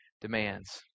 demands